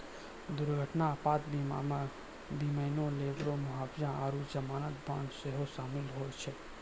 दुर्घटना आपात बीमा मे विमानो, लेबरो के मुआबजा आरु जमानत बांड सेहो शामिल होय छै